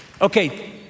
Okay